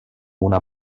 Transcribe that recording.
una